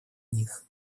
них